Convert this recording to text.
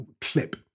clip